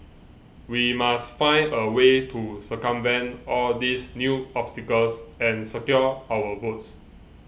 we must find a way to circumvent all these new obstacles and secure our votes